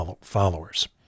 followers